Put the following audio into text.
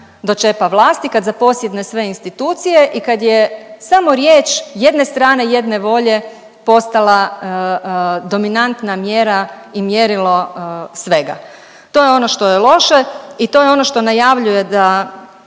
dočepa vlasti, kad zaposjedne sve institucije i kad je samo riječ jedne strane, jedne volje postala dominantna mjera i mjerilo svega. To je ono što je loše i to je ono što najavljuje da